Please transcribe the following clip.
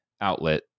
outlet